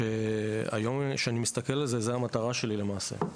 היום כשאני מסתכל על זה זו המטרה שלי למעשה,